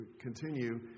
continue